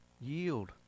Yield